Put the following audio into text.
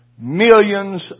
millions